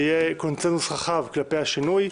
ישונה בדיוני הוועדה בצורה כזאת שיהיה קונצנזוס רחב כלפי השינוי,